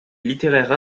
littéraire